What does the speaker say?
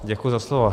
Děkuji za slovo.